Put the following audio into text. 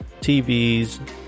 tvs